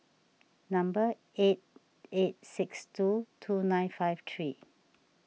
number eight eight six two two nine five three